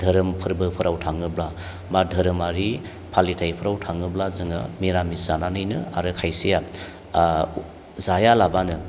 धोरोम फोरबोफोराव थाङोब्ला बा धोरोमारि फालिथाइफ्राव थाङोब्ला जोङो मिरामिस जानानैनो आरो खायसेया ओ जाया लाबानो